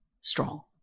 strong